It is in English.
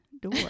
door